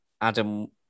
adam